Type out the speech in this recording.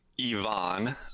Ivan